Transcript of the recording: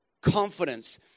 confidence